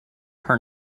her